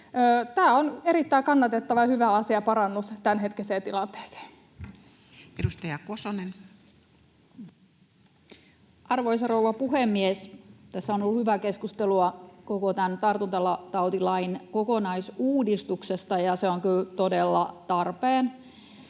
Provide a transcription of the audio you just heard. Tämä on erittäin kannatettava ja hyvä asia, parannus tämänhetkiseen tilanteeseen. Edustaja Kosonen. Arvoisa rouva puhemies! Tässä on ollut hyvää keskustelua koko tämän tartuntatautilain kokonaisuudistuksesta, ja se on kyllä todella tarpeen.